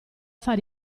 far